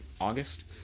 August